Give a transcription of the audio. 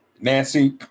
Nancy